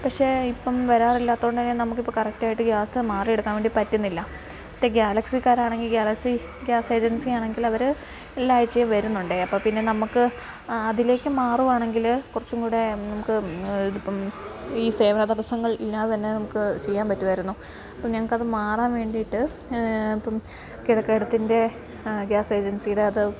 പക്ഷെ ഇപ്പം വരാറില്ലാത്തത് കൊണ്ട് തന്നെ നമുക്ക് ഇപ്പം കറക്റ്റ് ആയിട്ട് ഗ്യാസ് മാറി എടുക്കാൻ വേണ്ടി പറ്റുന്നില്ല മറ്റേ ഗാലക്സിക്കാർ ആണെങ്കിൽ ഗ്യാലക്സി ഗ്യാസ് ഏജൻസി ആണെങ്കിൽ അവർ എല്ലാ ആഴ്ചയും വരുന്നുണ്ട് അപ്പം പിന്നെ നമുക്ക് അതിലേക്ക് മാറുകയാണെങ്കിൽ കുറച്ചും കൂടെ നമുക്ക് ഇതിപ്പം ഈ സേവന തടസങ്ങൾ ഇല്ലാതെ തന്നെ നമുക്ക് ചെയ്യാൻ പറ്റുമായിരുന്നു അപ്പം ഞങ്ങൾക്ക് അത് മാറാൻ വേണ്ടിയിട്ട് ഇപ്പം കിഴക്കേടത്തിൻ്റെ ഗ്യാസ് ഏജൻസിയുടെ അത്